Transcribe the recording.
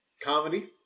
comedy